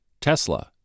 Tesla